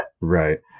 Right